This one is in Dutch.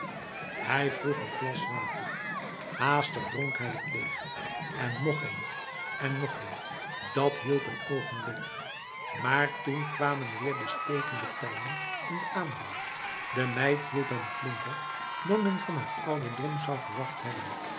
hij vroeg een glas water haastig dronk hij het leeg en nog een en nog een dat hielp een ogenblik maar toen kwamen weer de stekende pijnen en de aandrang de meid hielp hem flinker dan men van haar ouderdom zou verwacht hebben